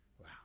Wow